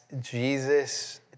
Jesus